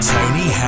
Tony